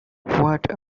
what